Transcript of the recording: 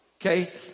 Okay